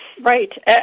Right